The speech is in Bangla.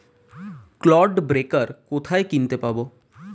ক্লড ব্রেকার কোথায় কিনতে পাব?